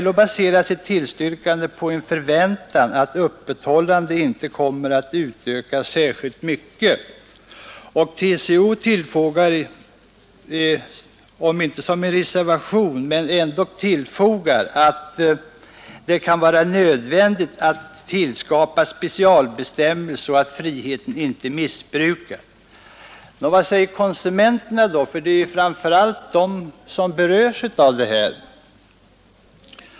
LO baserar sitt tillstyrkande på en förväntan att öppethållandet inte kommer att utökas särskilt mycket, och TCO tillfogar om än inte som en reservation att det kan vara nödvändigt att tillskapa specialbestämmelser så att friheten inte missbrukas. Vad säger då konsumenterna, vilka framför allt är de som berörs av detta?